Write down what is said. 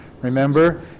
Remember